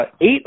eight